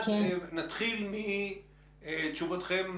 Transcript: נתחיל מתשובתכם,